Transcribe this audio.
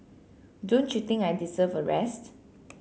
don't you think I deserve a rest